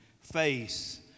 face